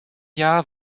jahr